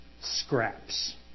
scraps